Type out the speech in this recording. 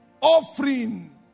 offering